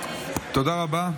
תודה רבה.